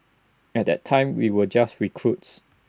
at that time we were just recruits